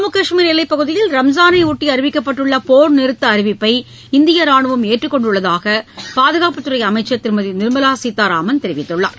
ஜம்மு கஷ்மீர் எல்லைப் பகுதியில் ரம்ஜானையொட்டி அறிவிக்கப்பட்டுள்ள போர் நிறுத்த அறிவிப்பை இந்திய ராணுவம் ஏற்றுக் கொண்டுள்ளதாக பாதுகாப்புத் துறை அமைச்சர் திருமதி நிர்மலா சீதாராமன் தெரிவித்துள்ளார்